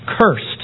cursed